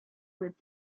with